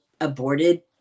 aborted